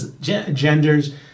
genders